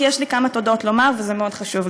כי יש לי כמה תודות לומר וזה מאוד חשוב לי,